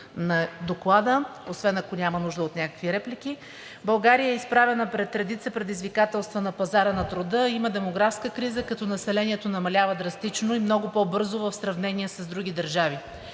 на Доклада, освен ако няма нужда от някакви реплики. България е изправена пред редица предизвикателства на пазара на труда, има демографска криза, като населението намалява драстично и много по-бързо в сравнение с други държави.